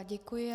Děkuji.